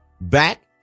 back